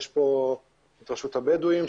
יש פה את רשות הבדואים,